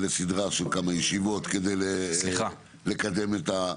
סדרה של כמה ישיבות כדי לקדם את ה -- סליחה,